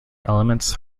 elements